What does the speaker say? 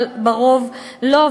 אבל ברוב לא.